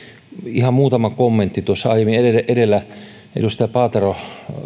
ihan muutama kommentti tuossa aiemmin edellä edustaja paatero